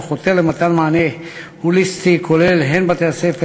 וחותר למתן מענה הוליסטי כולל הן בבתי-הספר,